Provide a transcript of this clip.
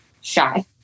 shy